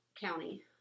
county